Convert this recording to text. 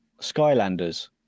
Skylanders